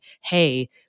Hey